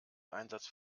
einsatz